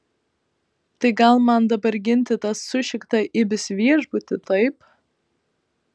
tai gal man dabar ginti tą sušiktą ibis viešbutį taip